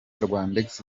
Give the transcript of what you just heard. rwandex